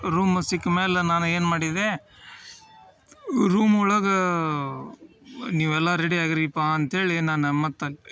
room ಸಿಕ್ಕ ಮ್ಯಾಲೆ ನಾನು ಏನು ಮಾಡಿದೆ ರೂಮ್ ಒಳಗೆ ನೀವೆಲ್ಲ ರೆಡಿಯಾಗಿರಿಪ್ಪ ಅಂತ ಹೇಳಿ ನಾನು ಮತ್ತು